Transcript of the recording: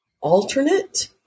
alternate